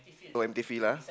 [oh[ empty field ah